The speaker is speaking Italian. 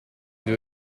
due